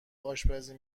آشپزی